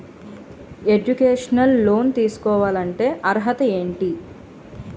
Educational loan తీసుకోవాలంటే అర్హత ఏంటి?